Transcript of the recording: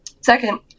Second